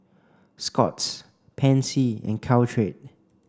Scott's Pansy and Caltrate